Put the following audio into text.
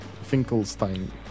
Finkelstein